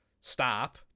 Stop